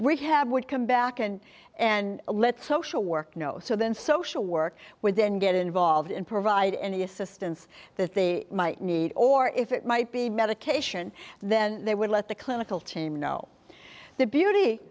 we have would come back and and let social work you know so then social work with then get involved and provide any assistance that the might need or if it might be medication then they would let the clinical team know the beauty